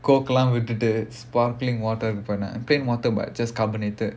Coke லாம் விட்டுட்டு:laam vittuttu sparkling water கு போனேன்:ku ponaen plain water but just carbonated